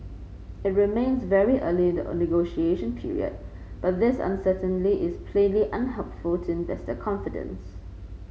it remains very early in the negotiation period but this uncertainty is plainly unhelpful to investor confidence